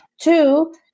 Two